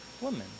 woman